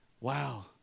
Wow